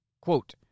Quote